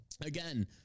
again